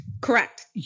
correct